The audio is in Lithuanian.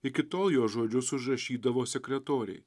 iki tol jos žodžius užrašydavo sekretoriai